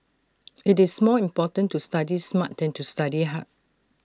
IT is more important to study smart than to study hard